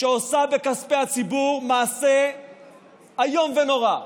שעושה בכספי הציבור מעשה איום ונורא,